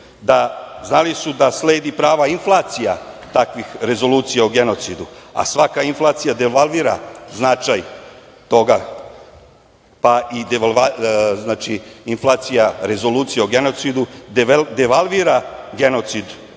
znali su da sledi prava inflacija takvih rezolucija o genocidu, a svaka inflacija devalvira značaj toga. Znači, inflacija Rezolucije o genocidu devalvira genocid